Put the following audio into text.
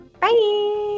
bye